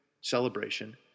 celebration